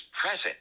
present